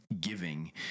giving